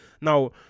Now